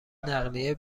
نقلیه